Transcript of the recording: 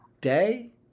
day